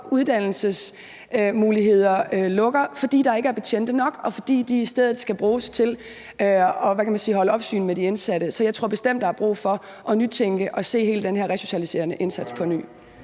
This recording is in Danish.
uddannelsesmuligheder lukker, fordi der ikke er betjente nok, og fordi de i stedet skal bruges til, hvad kan man sige, at holde øje med de indsatte. Så jeg tror bestemt, der er brug for at nytænke og se hele den her resocialiserende indsats på ny.